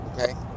okay